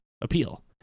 appeal